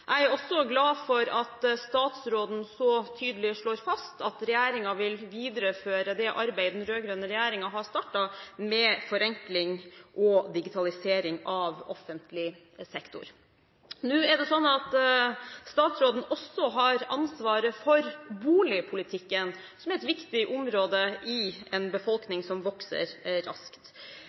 Jeg er også glad for at statsråden så tydelig slår fast at regjeringen vil videreføre det arbeidet den rød-grønne regjeringen har startet med forenkling og digitalisering av offentlig sektor. Nå er det sånn at statsråden også har ansvaret for boligpolitikken, som er et viktig område i en befolkning som vokser raskt.